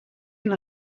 une